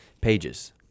pages